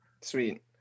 sweet